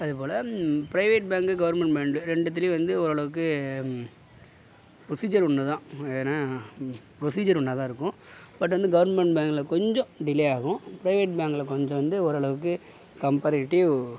அது போல் ப்ரைவேட் பேங்க்கு கவர்மெண்ட் பேன்டு ரெண்டுத்துலையும் வந்து ஓரளவுக்கு ப்ரொசீஜர் ஒன்று தான் ஏன்னா ப்ரொசீஜர் ஒன்னாக தான் இருக்கும் பட்டு வந்து கவர்மெண்ட் பேங்கில் கொஞ்சம் டிலே ஆகும் ப்ரைவேட் பேங்கில் கொஞ்சம் வந்து ஓரளவுக்கு கம்பரேட்டிவ்